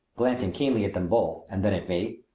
glancing keenly at them both and then at me.